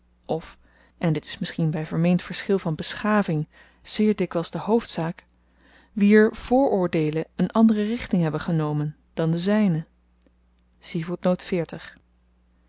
deelen of en dit is misschien by vermeend verschil van beschaving zeer dikwyls de hoofdzaak wier vooroordeelen een andere richting hebben genomen dan de zyne